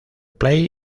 plate